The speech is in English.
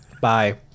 Bye